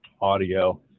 audio